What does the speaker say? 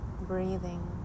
breathing